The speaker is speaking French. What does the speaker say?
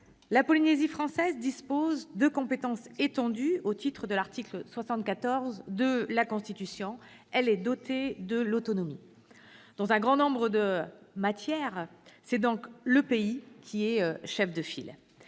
la Polynésie française dispose de compétences étendues au titre de l'article 74 de la Constitution. Elle est dotée de l'autonomie. Dans un grand nombre de matières, c'est donc le Pays qui est chef de file.